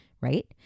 right